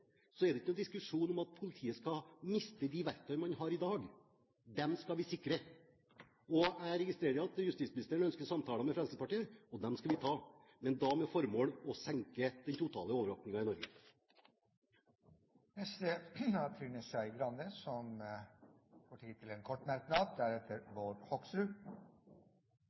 så hastig skal ha igjennom dette for å få på plass datalagringsdirektivet. Det er altså sånn, i hvert fall for Fremskrittspartiets del, at det ikke er noen diskusjon om at politiet skal miste de verktøyene de har i dag. De skal vi sikre. Jeg registrerer at justisministeren ønsker samtaler med Fremskrittspartiet. De skal vi ta, men da med det formål å senke den totale overvåkingen i Norge. Representanten Trine Skei Grande